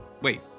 wait